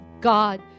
God